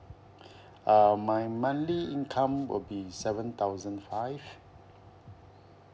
err my monthly income will be seven thousand five